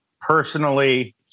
personally